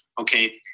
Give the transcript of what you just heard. Okay